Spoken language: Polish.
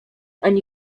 ani